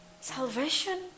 salvation